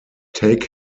take